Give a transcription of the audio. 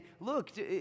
look